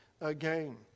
again